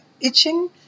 itching